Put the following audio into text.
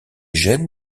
gènes